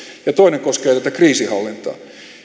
ja toinen koskee tätä kriisinhallintaa